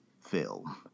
film